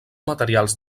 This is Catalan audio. materials